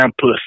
pussy